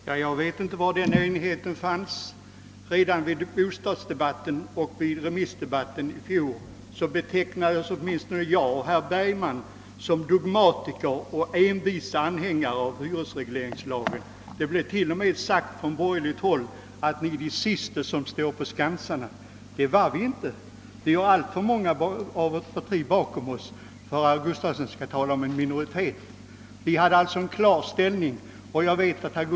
Herr talman! Jag känner inte till att någon sådan enighet har funnits. Redan vid bostadsdebatten och vid remissdebatten i fjol betecknades åtminstone jag och herr Bergman som dogmatiker och envisa anhängare av hyresregleringslagen. Det blev t.o.m. sagt från borgerligt håll, att vi var de sista som stod på skansarna. Det var vi inte. Vi har alltför många inom vårt parti bakom oss för att herr Gustafsson i Skellefteå skall kunna tala om en liten minoritet. Vi hade alltså en klar ståndpunkt i fråga om hyresregleringens avveckling.